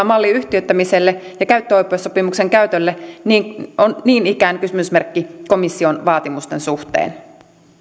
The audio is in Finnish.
malli yhtiöittämiselle ja käyttöoikeussopimuksen käytölle on niin ikään kysymysmerkki komission vaatimusten suhteen